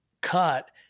cut